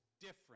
different